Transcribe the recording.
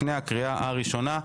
לפני הקריאה הראשונה.